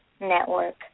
network